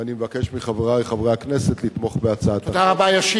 ואני מבקש מחברי חברי הכנסת לתמוך בהצעת החוק.